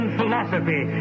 philosophy